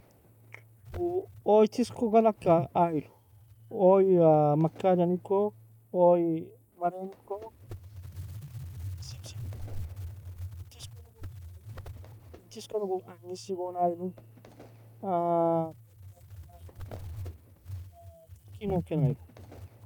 Uu uoy tesko galgka ayru, uoy makada niko, uoy marea niko, tesko log angissi gon ayru, in gon ken ayruli.